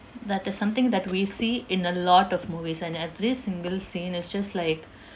that is something that we see in a lot of movies and every single scene is just like